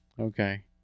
Okay